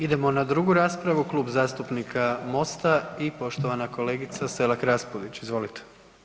Idemo na 2. raspravu, Klub zastupnika MOST-a i poštovana kolegica Selak Raspudić, izvolite.